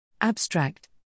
Abstract